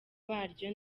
baryo